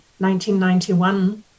1991